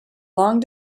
long